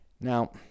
Now